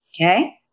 okay